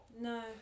No